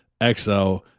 XO